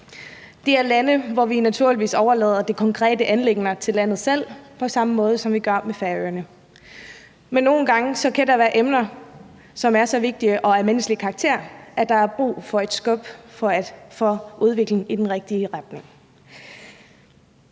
Det gælder lande, hvor vi naturligvis overlader de konkrete anliggender til landet selv på samme måde, som vi gør det med Færøerne. Men nogle gange kan der være emner af menneskelig karakter, som er så vigtige, at der er brug for et skub for at få udviklingen i den rigtige retning.